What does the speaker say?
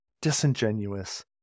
disingenuous